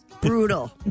Brutal